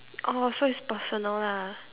oh so it's personal lah